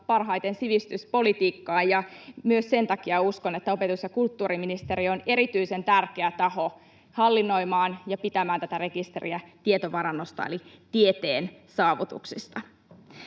parhaiten sivistyspolitiikkaan, ja myös sen takia uskon, että opetus- ja kulttuuriministeriö on erityisen tärkeä taho hallinnoimaan ja pitämään tätä rekisteriä tietovarannosta eli tieteen saavutuksista.